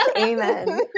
amen